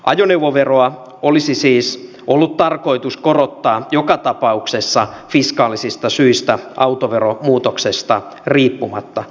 ajoneuvoveroa olisi siis ollut tarkoitus korottaa joka tapauksessa fiskaalisista syistä autoveromuutoksesta riippumatta